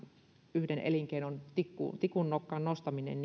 yhden elinkeinon tikunnokkaan tikunnokkaan nostaminen